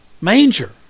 manger